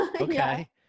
Okay